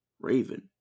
Raven